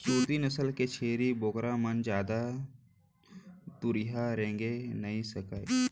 सूरती नसल के छेरी बोकरा मन जादा दुरिहा रेंगे नइ सकय